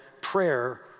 prayer